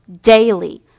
daily